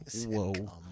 Whoa